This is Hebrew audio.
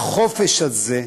החופש הזה,